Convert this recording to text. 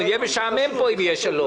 יהיה משעמם פה אם יהיה שלום.